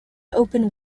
open